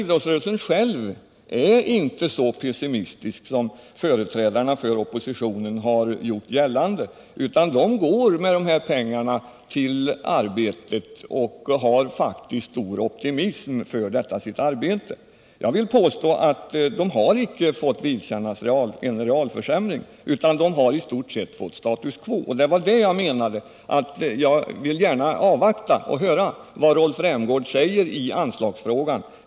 Idrottsrörelsen själv är inte så pessimistisk som företrädarna för oppositionen gjort gällande, utan man går till arbetet med stor optimism. Jag vill påstå att idrotten icke fått vidkännas en realförsämring, utan att den ekonomiska situationen i stort sett är status quo. Det var vad jag tänkte på när jag sade att jag gärna ville avvakta Rolf Rämgårds anförande och höra vad han skulle komma att säga i anslagsfrågan.